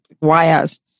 wires